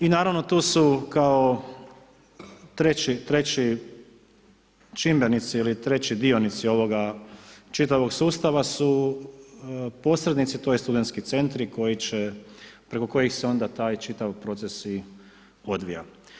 I naravno, tu su, kao treći čimbenici ili treći dionici ovoga čitavog sustava su posrednici, tj. studentski centri, koji će, preko kojeg se onda taj čitav proces i odvija.